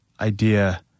idea